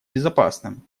безопасным